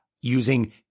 using